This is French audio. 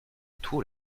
tout